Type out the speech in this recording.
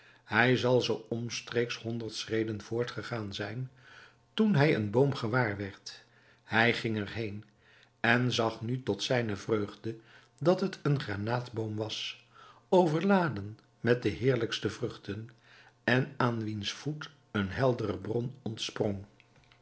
hij zal zoo omstreeks honderd schreden voortgegaan zijn toen hij een boom gewaar werd hij ging er heen en zag nu tot zijne vreugde dat het een granaatboom was overladen met de heerlijkste vruchten en aan wiens voet een heldere bron